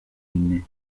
inne